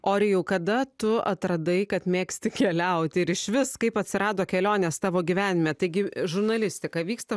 orijau kada tu atradai kad mėgsti keliauti ir išvis kaip atsirado kelionės tavo gyvenime taigi žurnalistika vyksta